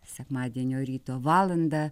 sekmadienio ryto valandą